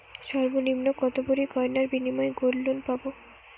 সর্বনিম্ন কত ভরি গয়নার বিনিময়ে গোল্ড লোন পাব?